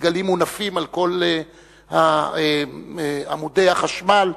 דגלים מונפים על כל עמודי החשמל,